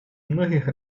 многих